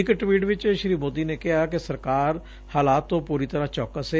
ਇਕ ਟਵੀਟ ਵਿਚ ਸ਼ੀ ਸੋਦੀ ਨੇ ਕਿਹਾ ਕਿ ਸਰਕਾਰ ਹਾਲਾਤ ਤੇ ਪੂਰੀ ਤਰ੍ਹਾਂ ਚੌਕਸ ਏ